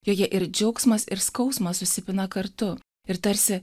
joje ir džiaugsmas ir skausmas susipina kartu ir tarsi